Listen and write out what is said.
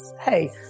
hey